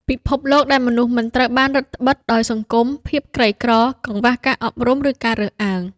ពិភពលោកដែលមនុស្សមិនត្រូវបានរឹតត្បិតដោយសង្គម ភាពក្រីក្រ កង្វះការអប់រំ ឬការរើសអើង”។